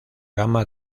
gama